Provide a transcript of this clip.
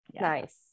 nice